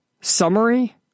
summary